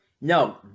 No